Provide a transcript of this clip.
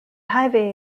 highway